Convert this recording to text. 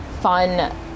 fun